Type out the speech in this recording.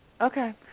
Okay